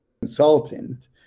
consultant